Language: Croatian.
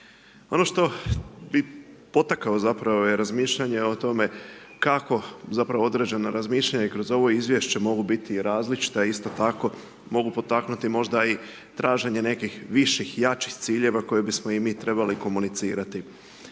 Ono što bih potakao zapravo je razmišljanje o tome kako, zapravo, određena razmišljanja kroz ovo izvješća mogu biti različita, isto tako, mogu potaknuti možda i traženje nekih viših, jačih ciljeva koje bismo i mi trebali komunicirati.